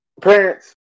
Parents